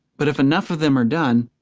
but if enough of them are done,